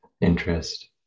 interest